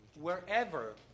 wherever